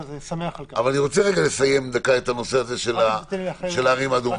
אבל אני רוצה לסיים לרגע את העניין של הערים האדומות.